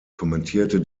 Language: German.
kommentierte